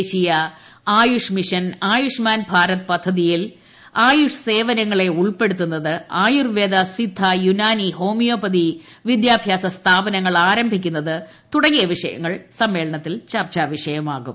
ദേശീയ ആയുഷ് മിഷൻ ് ആയുഷ്മാൻ ഭാരത് പദ്ധതിയിൽ ആയുഷ് സേവനങ്ങളെ ഉൾപ്പെടുത്തുന്നത് ആയൂർവേദ സിദ്ധ യുനാനി ഹോമിയോപ്പൊതി വിദ്യാഭ്യാസ സ്ഥാപനങ്ങൾ ആരംഭിക്കുന്നത് തുടങ്ങിയ വിഷയങ്ങൾ സമ്മേളനത്തിൽ ചർച്ചാ വിഷയമാകും